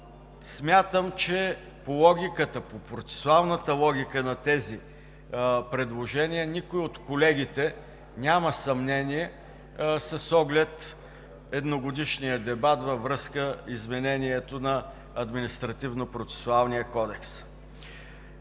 Смятам, че по процесуалната логика на тези предложения никой от колегите няма съмнение с оглед едногодишния дебат във връзка изменението на Административнопроцесуалния кодекс.